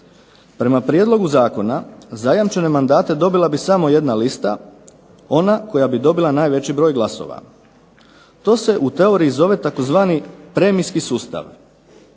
Prema prijedlogu zakona zajamčene mandate dobila bi samo jedna lista, ona koja bi dobila najveći broj glasova. To se u teoriji zove tzv. premijski sustav.